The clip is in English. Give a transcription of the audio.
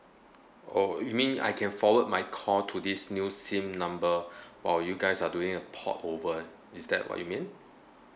oh you mean I can forward my call to this new SIM number while you guys are doing a port over is that what you mean